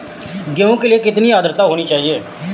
गेहूँ के लिए कितनी आद्रता होनी चाहिए?